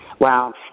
Wow